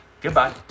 Goodbye